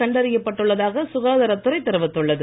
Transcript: கண்டறியப் பட்டுள்ளதாக சுகாதாரத் துறை தெரிவித்துள்ளது